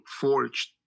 forged